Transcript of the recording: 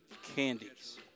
Candies